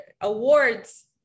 awards